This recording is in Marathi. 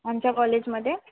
आमच्या कॉलेजमध्ये